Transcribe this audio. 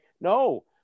no